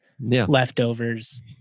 Leftovers